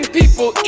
people